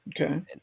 okay